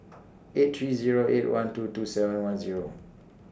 eight three Zero eight one two two seven one Zero